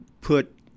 put